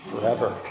forever